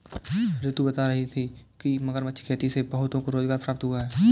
रितु बता रही थी कि मगरमच्छ खेती से बहुतों को रोजगार प्राप्त हुआ है